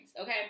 okay